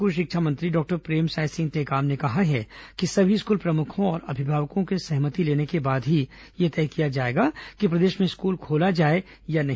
school शिक्षा मंत्री doctor Premsai Singh Tekam ने कहा है कि सभी स्कूल प्रमुखों और अभिभावकों से सहमति लेने के बाद ही यह तय किया जाएगा कि प्रदेश में स्कूल खोला जाए या नहीं